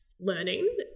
learning